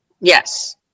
Yes